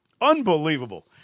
Unbelievable